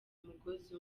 umugozi